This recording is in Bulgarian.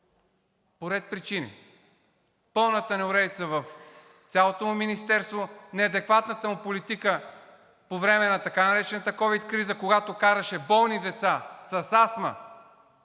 по ред причини. Пълната неуредица в цялото му министерство, неадекватната му политика по време на така наречената ковид криза, когато караше болни деца с астма,